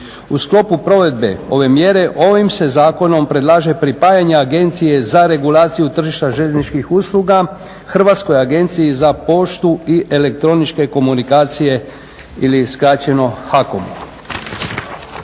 U sklopu provedbe ove mjere ovim se zakonom predlaže pripajanje agencije za regulaciju tržišta željezničkih usluga Hrvatskoj agenciji za poštu i elektroničke komunikacije ili skraćeno HAKOM.